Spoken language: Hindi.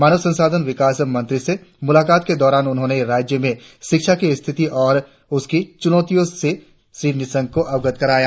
मानव संसाधन विकास मंत्री से मुलाकात के दौरान उन्होंने राज्य में शिक्षा की स्थिति और उसकी चुनौतियों से श्री निशंक को अवगत कराया